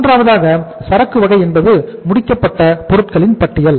மூன்றாவதாக சரக்கு வகை என்பது முடிக்கப்பட்ட பொருட்களின் பட்டியல்